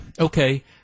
okay